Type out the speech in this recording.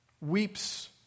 weeps